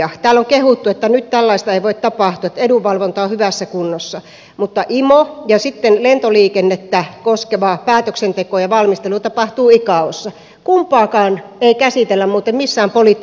täällä on kehuttu että nyt tällaista ei voi tapahtua että edunvalvonta on hyvässä kunnossa mutta imota ja icaota jossa lentoliikennettä koskeva päätöksenteko ja valmistelu tapahtuvat kumpaakaan ei käsitellä muuten missään poliittisessa instanssissa